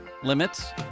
Limits